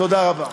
תודה רבה.